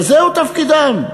וזה תפקידם,